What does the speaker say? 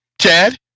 chad